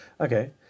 Okay